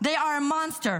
they are a monster.